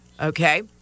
Okay